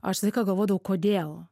aš visą laiką galvodavau kodėl